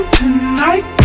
tonight